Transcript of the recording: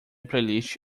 playlist